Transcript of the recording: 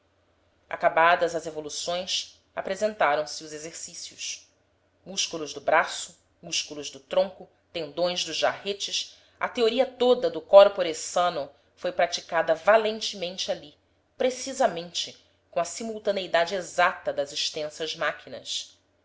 acabadas as evoluções apresentaram-se os exercícios músculos do braço músculos do tronco tendões dos jarretes a teoria toda do corpore sano foi praticada valentemente ali precisamente com a simultaneidade exata das extensas máquinas